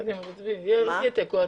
עזבי, יהיה תיקו.